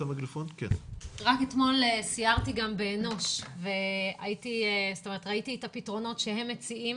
רק אתמול סיירתי גם באנוש וראיתי את הפתרונות שהם מציעים,